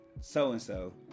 so-and-so